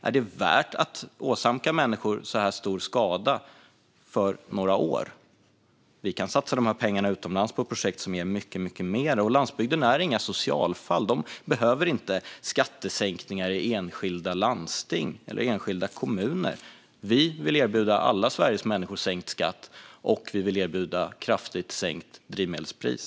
Är det värt att åsamka människor så här stor skada för några år? Vi kan satsa de pengarna utomlands på projekt som ger mycket mer. Landsbygdsborna är inga socialfall. De behöver inte skattesänkningar i enskilda landsting eller enskilda kommuner. Vi vill erbjuda alla Sveriges människor sänkt skatt, och vi vill erbjuda kraftigt sänkt drivmedelspris.